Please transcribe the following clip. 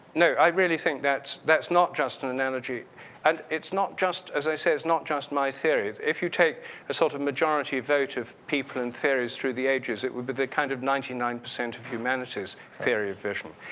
no. i really think that's that's not just and analogy and it's not just as i say, it's not just my theory. if you take a sort of majority a vote of people and theories through the ages, it would be the kind of ninety nine percent of humanity's theory of vision.